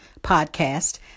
podcast